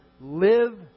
live